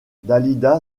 dalida